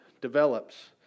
develops